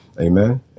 Amen